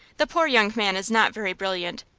the poor young man is not very brilliant,